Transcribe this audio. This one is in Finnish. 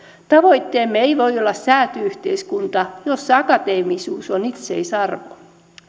tavoitteemme ei voi olla sääty yhteiskunta jossa akateemisuus on itseisarvo